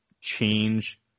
change